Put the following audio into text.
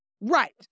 Right